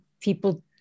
people